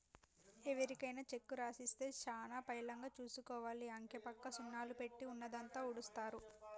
ఎవరికైనా చెక్కు రాసిస్తే చాలా పైలంగా చూసుకోవాలి, అంకెపక్క సున్నాలు పెట్టి ఉన్నదంతా ఊడుస్తరు